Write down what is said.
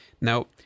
Now